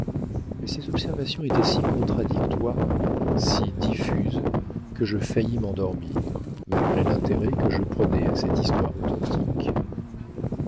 mais ces observations étaient si contradictoires si diffuses que je faillis m'endormir malgré l'intérêt que je prenais à cette histoire authentique